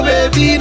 Baby